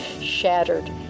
shattered